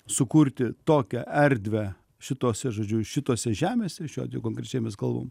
sukurti tokią erdvę šitose žodžiu šitose žemėse šio konkrečiai mes kalbam